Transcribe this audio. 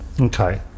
Okay